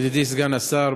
ידידי סגן השר,